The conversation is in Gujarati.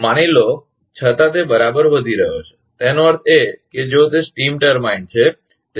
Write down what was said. માની લો છતાં તે બરાબર વધી રહયો છે તેનો અર્થ એ કે જો તે સ્ટીમ ટર્બાઇન છે તે સ્ટીમ ટર્બાઇન છે